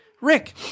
Rick